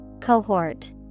Cohort